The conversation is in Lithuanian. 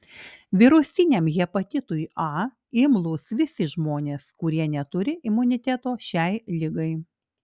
virusiniam hepatitui a imlūs visi žmonės kurie neturi imuniteto šiai ligai